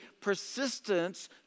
persistence